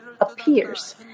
appears